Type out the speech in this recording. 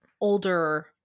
older